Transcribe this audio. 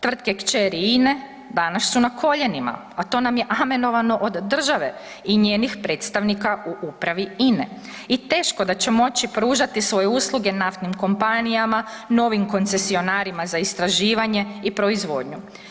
Tvrtke kćeri INE danas su na koljenima, a to nam je amenovano od države i njenih predstavnika u upravi INE i teško da će moći pružati svoje usluge naftnim kompanijama, novim koncesionarima za istraživanje i proizvodnju.